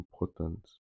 important